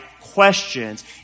questions